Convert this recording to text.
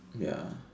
ya